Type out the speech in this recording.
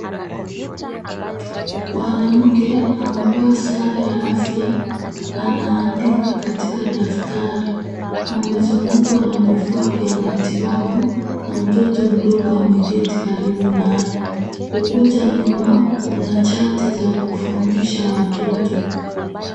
Mwanamke amevaa sare ya afya, anaandika katika daftari, amezungukwa na vifaa vya matibabu na mtoto mdogo ameketi karibu naye. Ukuta nyuma kuna chati za kufundisha na watoto.